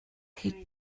chi